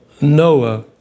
Noah